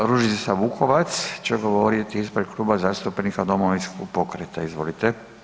Gđa. Ružica Vukovac će govoriti ispred Kluba zastupnika Domovinskog pokreta, izvolite.